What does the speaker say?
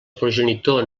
progenitor